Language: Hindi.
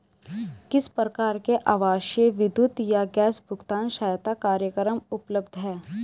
किस प्रकार के आवासीय विद्युत या गैस भुगतान सहायता कार्यक्रम उपलब्ध हैं?